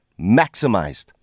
maximized